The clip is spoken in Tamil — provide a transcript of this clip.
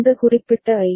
இந்த குறிப்பிட்ட ஐ